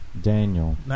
Daniel